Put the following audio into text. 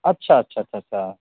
अच्छा अच्छा अच्छा अच्छा